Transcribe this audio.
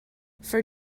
for